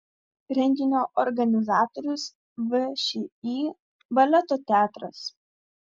renginio organizatorius všį baleto teatras